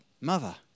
mother